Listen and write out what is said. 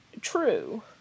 true